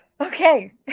Okay